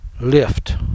lift